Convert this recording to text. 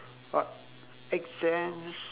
but exams